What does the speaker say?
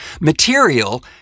material